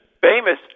Famous